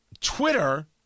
Twitter